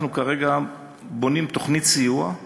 כרגע בונים תוכנית סיוע.